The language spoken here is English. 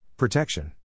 Protection